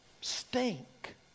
stink